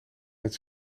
het